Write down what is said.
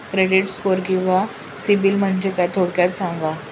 Credit score किंवा CIBIL म्हणजे काय? थोडक्यात सांगा